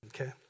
Okay